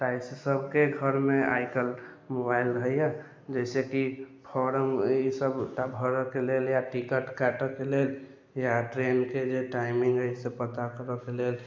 ताहिसँ सबके घरमे आइ काल्हि मोबाइल रहैए जाहिसँ की फॉर्म ई सबटा भरऽके लेल टिकट काटऽके लेल या ट्रेनके जे टाइमिंग अइ से पता करैके लेल